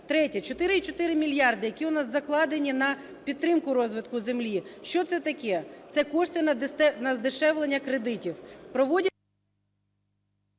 Третє. 4,4 мільярда, які у нас закладені на підтримку розвитку землі. Що це таке? Це кошти на здешевлення кредитів…